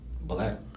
black